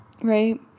right